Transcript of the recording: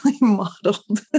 modeled